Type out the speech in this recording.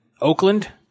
Oakland